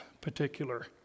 particular